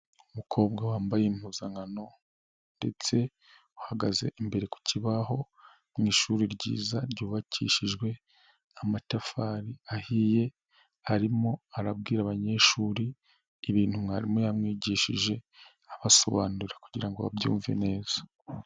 Umukobwa wambaye impuzankano ndetse uhagaze imbere ku kibaho, mu ishuri ryiza ryubakishijwe amatafari ahiye, arimo arabwira abanyeshuri ibintu mwarimu yamwigishije abasobanurira kugira ngo abyumve neza.